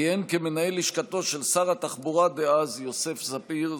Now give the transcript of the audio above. כיהן כמנהל לשכתו של שר התחבורה דאז יוסף ספיר,